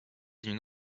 d’une